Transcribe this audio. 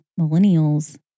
millennials